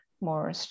more